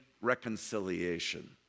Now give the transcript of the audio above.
reconciliation